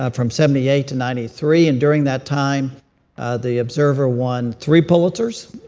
ah from seventy eight to ninety three, and during that time the observer won three pulitzers.